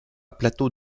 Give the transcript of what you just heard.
plateau